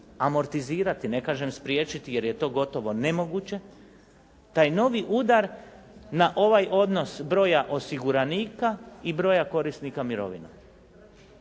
amortizirati, ne kažem spriječiti jer je to gotovo nemoguće, taj novi udar na ovaj odnos broja osiguranika i broja korisnika mirovina.